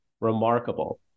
remarkable